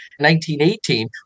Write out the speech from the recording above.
1918